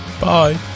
Bye